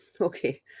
okay